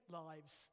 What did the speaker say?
lives